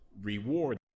reward